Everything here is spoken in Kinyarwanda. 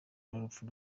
n’urupfu